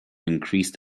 increased